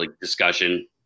discussion